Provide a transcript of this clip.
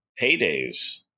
paydays